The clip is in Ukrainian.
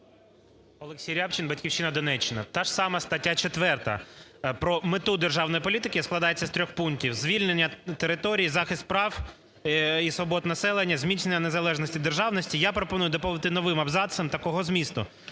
Олексій Рябчин, "Батьківщина", Донеччина. Та ж сама стаття 4 про мету державної політики складається з трьох пунктів: звільнення територій, захист прав і свобод населення, зміцнення незалежності державності. Я пропоную доповнити новим абзацом такого змісту: